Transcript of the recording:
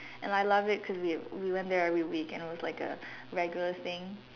and I love it cause we we went there every week and it was like a regular thing